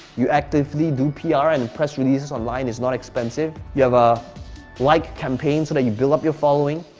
you actively do pr and press releases online is not expensive. you have a like campaign so that you build up your following.